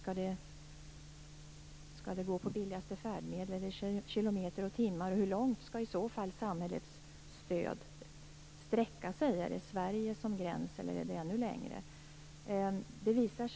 Skall det gälla billigast färdmedel, kilometer eller timmar, och hur långt skall i så fall samhällets stöd sträcka sig; är Sverige gräns eller skall stödet gälla ännu längre?